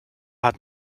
hat